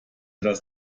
dass